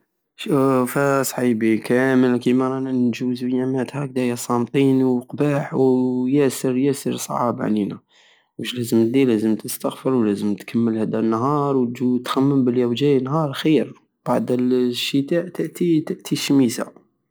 شوف اصحيبي كامل كيما رانا نجوزو يمات هكداية صامطين وقباح وياسر ياسر صعاب علينا وش لازم الدير لازم تستغفر ولازم تكمل هدا النهار وتخمم بلي راه جاي نهار خير بعد الشتاء تأتي- تأتي الشميسة